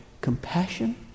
compassion